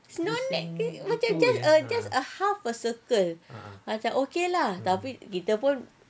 senonek jer macam it's not that just a just a half a circle macam okay lah tapi kita pun